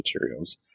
materials